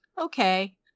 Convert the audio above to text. okay